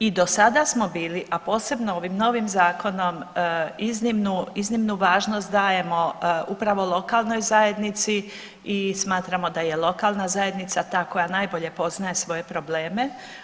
I do sada smo bili, a posebno ovim novim zakonom iznimnu važnost dajemo upravo lokalnoj zajednici i smatramo da je lokalna zajednica ta koja najbolje poznaje svoje probleme.